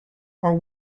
are